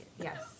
yes